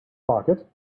pocket